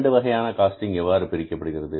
இரண்டு வகையான காஸ்டிங் எவ்வாறு பிரிக்கப்படுகிறது